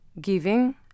Giving